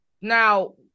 Now